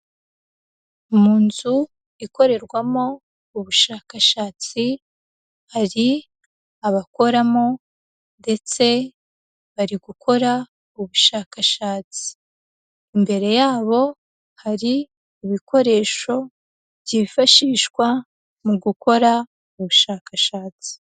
Mu nzu ikorerwamo ubushakashatsi, hari abakoramo ndetse bari gukora ubushakashatsi. Imbere yabo hari ibikoresho byifashishwa mu gukora ubushakashatsi.